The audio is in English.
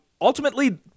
Ultimately